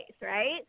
right